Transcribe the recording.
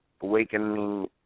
awakening